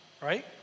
right